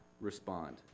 respond